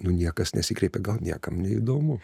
nu niekas nesikreipė gal niekam neįdomu